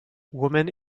woman